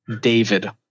David